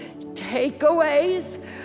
takeaways